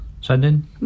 Sending